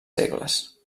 segles